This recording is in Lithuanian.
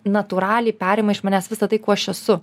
natūraliai perima iš manęs visa tai kuo aš esu